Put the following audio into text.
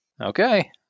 Okay